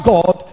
God